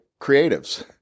creatives